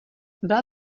byla